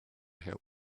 help